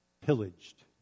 pillaged